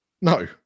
No